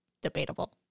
Debatable